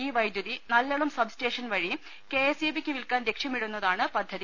ഈ വൈദ്യുതി നല്പളം സബ് സ്റ്റേഷൻ വഴി കെ എസ് ഇ ബിയ്ക്ക് വിൽക്കാൻ ലക്ഷ്യമിടുന്നതാണ് പദ്ധതി